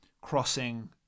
crossing